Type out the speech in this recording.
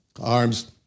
arms